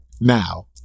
now